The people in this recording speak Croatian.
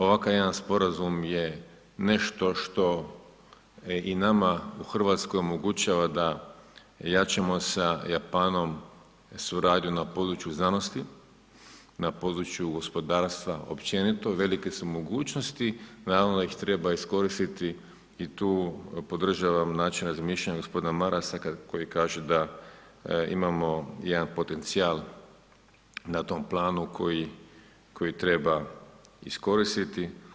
Ovakav jedan sporazum je nešto što i nama u Hrvatskoj omogućava da jačamo sa Japanom suradnju na području znanosti, na području gospodarstva općenito, velike su mogućnosti, naravno da ih treba iskoristiti i tu podržavam način razmišljanja g. Marasa koji kaže da imamo jedan potencijal na tom planu koji treba iskoristiti.